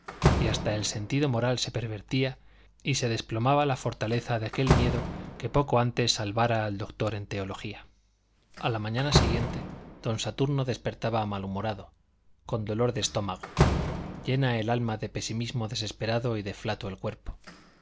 y hasta el sentido moral se pervertía y se desplomaba la fortaleza de aquel miedo que poco antes salvara al doctor en teología a la mañana siguiente don saturno despertaba malhumorado con dolor de estómago llena el alma de pesimismo desesperado y de flato el cuerpo